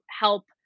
help